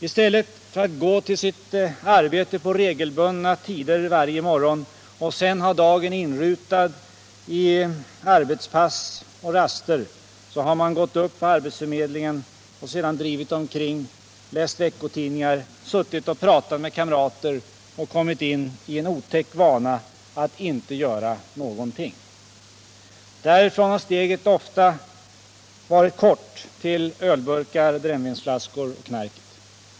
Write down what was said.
I stället för att gå till sitt arbete på regelbundna tider varje morgon och sedan ha dagen inrutad i bestämda arbetspass och raster så har man gått upp på arbetsförmedlingen och sedan drivit omkring, läst veckotidningar, suttit och pratat med kamrater och kommit in i en otäck vana att inte göra någonting. Därifrån har steget ofta varit kort till ölburkar, brännvinsflaskor och knark.